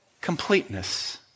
completeness